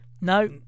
No